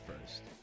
first